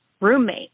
roommate